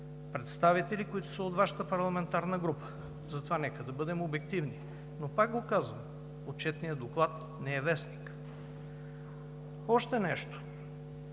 представители, които са от Вашата парламентарна група. Затова нека да бъдем обективни. Но пак го казвам – Отчетният доклад не е вестник. Още нещо.